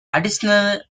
additional